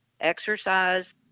exercise